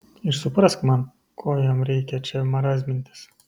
ir suprask man ko jam reikia čia marazmintis